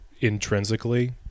intrinsically